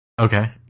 Okay